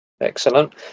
Excellent